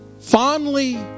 fondly